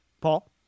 Paul